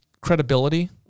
Credibility